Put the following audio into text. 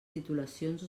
titulacions